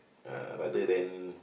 uh rather than